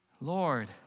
Lord